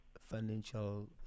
financial